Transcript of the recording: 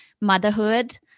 motherhood